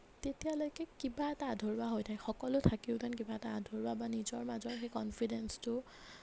তেতিয়ালৈকে কিবা এটা আধৰুৱা হৈ থাকে সকলো থাকিও যেন কিবা এটা আধৰুৱা বা নিজৰ মাজৰ সেই কনফিডেঞ্চটো